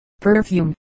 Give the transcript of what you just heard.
perfume